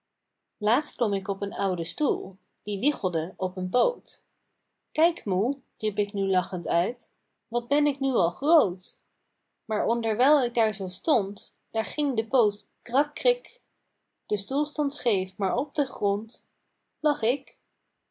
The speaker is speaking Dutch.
laatst klom ik op een ouden stoel die wiegelde op een poot kijk moe riep ik nu lachend uit wat ben ik nu al groot maar onderwijl ik daar zoo stond daar ging de poot krak krik de stoel stond scheef maar op den grond lag ik